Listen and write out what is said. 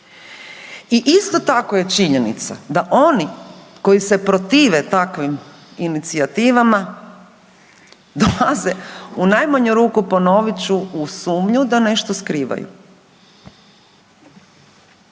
I isto tako je činjenica da oni koji se protive takvim inicijativama dolaze u najmanju ruku, ponovit ću, u sumnju da nešto skrivaju.